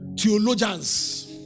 theologians